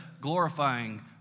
glorifying